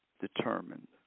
determined